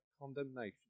condemnation